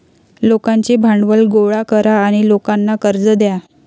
लोकांचे भांडवल गोळा करा आणि लोकांना कर्ज द्या